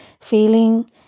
feeling